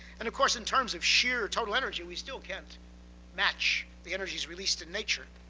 and of course, in terms of sheer total energy, we still can't match the energy released in nature.